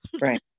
Right